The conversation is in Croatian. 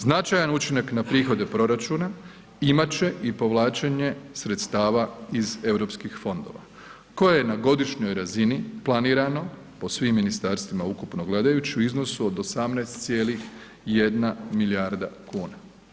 Značajan učinak na prihode proračuna imat će i povlačenje sredstava iz europskih fondova koje je na godišnjoj razini planirano po svim ministarstvima ukupno gledajući u iznosu od 18,1 milijarda kuna.